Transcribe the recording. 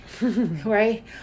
right